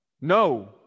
No